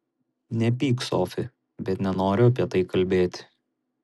nepyk sofi bet nenoriu apie tai kalbėti